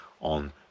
on